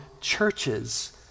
churches